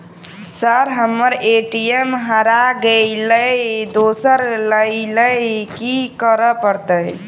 Sir हम्मर ATM हरा गइलए दोसर लईलैल की करऽ परतै?